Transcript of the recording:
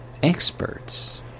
Experts